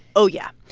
oh, yeah